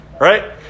right